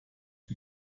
die